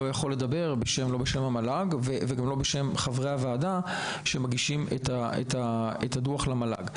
לא יכול לדבר בשם המל"ג וגם לא בשם חברי הוועדה שמגישים את הדוח למל"ג.